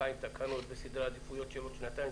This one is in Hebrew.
עם תקנות בסדרי עדיפויות של עוד שנתיים-שלוש.